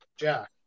Jack